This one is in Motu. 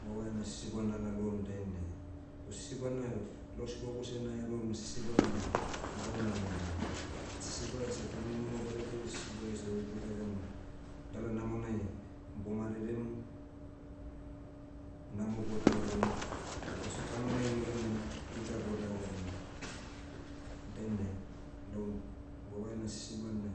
Vava ena sisiba nalaloam dainai, toh sisiba na, lau sibogu seh naheroam na sisiba na, gau namona. Sisiba ese taunimanima badadia edia sisiba ese oi begaram, dala namonai, bo marerem, namo bo davarim, o baso kamonai neganai, dika bo davarim. Dainai, lau, vava ena sisiba na,